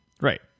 Right